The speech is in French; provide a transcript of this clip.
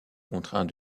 contraint